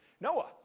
Noah